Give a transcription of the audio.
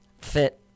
fit